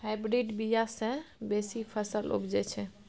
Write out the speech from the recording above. hybrid बीया सँ बेसी फसल उपजै छै